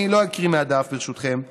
אני לא אקריא מהדף, ברשותכם.